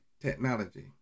technology